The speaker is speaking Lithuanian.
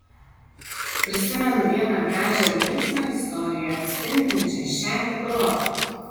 prisimenu vieną gražią ir linksmą istoriją atspindinčią šią tikrovę